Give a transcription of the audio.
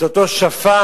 את אותו שפן.